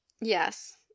Yes